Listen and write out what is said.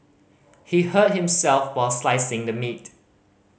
he hurt himself were slicing the meat